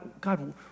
God